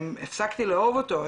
הפסקתי לאהוב אותו,